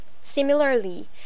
Similarly